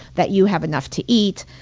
that you have enough to eat.